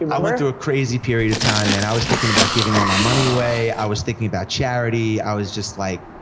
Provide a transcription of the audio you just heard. and i went through a crazy period of time, man. and i was thinking about giving all my money away, i was thinking about charity, i was just like,